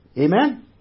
Amen